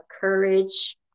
courage